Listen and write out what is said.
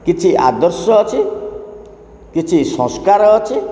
କିଛି ଆଦର୍ଶ ଅଛି କିଛି ସଂସ୍କାର ଅଛି